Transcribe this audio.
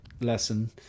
lesson